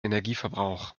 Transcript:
energieverbrauch